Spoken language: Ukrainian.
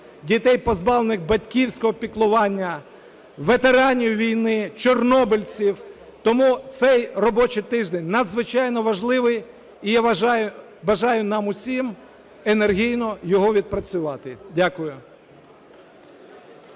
дітей, позбавлених батьківського піклування, ветеранів війни, чорнобильців. Тому цей робочий тиждень надзвичайно важливий, і я бажаю нам усім енергійно його відпрацювати. Дякую.